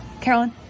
Carolyn